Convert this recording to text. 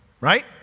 right